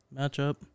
matchup